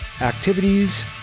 activities